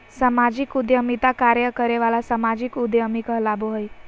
सामाजिक उद्यमिता कार्य करे वाला सामाजिक उद्यमी कहलाबो हइ